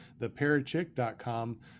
theparachick.com